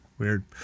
Weird